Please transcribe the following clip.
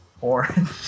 orange